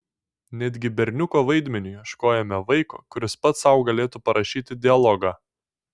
netgi berniuko vaidmeniui ieškojome vaiko kuris pats sau galėtų parašyti dialogą